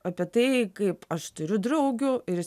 apie tai kaip aš turiu draugių ir